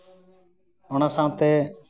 ᱚᱱᱟ ᱥᱟᱶᱛᱮ